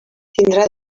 tindrà